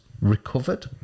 recovered